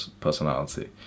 personality